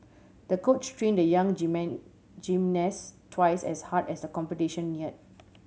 the coach trained the young gymnast twice as hard as the competition neared